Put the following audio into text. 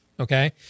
Okay